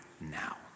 now